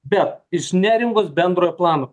bet iš neringos bendrojo plano